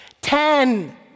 Ten